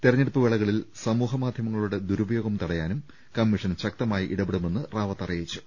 തെരഞ്ഞെടുപ്പു വേളകളിൽ സമൂഹ ്രമാധ്യമങ്ങളുടെ ദുരുപയോഗം തടയാനും കമ്മീഷൻ ശക്തമായി ഇടപെടുമെന്ന് റാവത്ത് അറിയിച്ചു